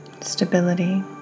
Stability